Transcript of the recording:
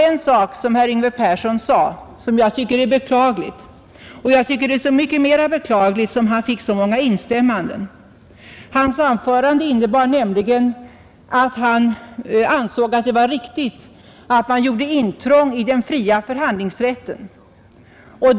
Sedan sade herr Yngve Persson en sak, som jag tycker är så mycket mera beklaglig som han fick många instämmanden. Han ansåg det vara riktigt att man gjorde intrång i den fria förhandlingsrätten.